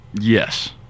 Yes